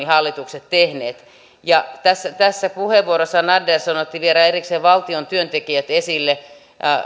hallitukset tehneet tässä tässä puheenvuorossaan andersson otti vielä erikseen valtion työntekijät esille